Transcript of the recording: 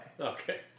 Okay